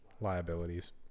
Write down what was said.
liabilities